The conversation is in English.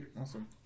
awesome